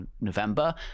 November